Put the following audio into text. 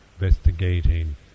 investigating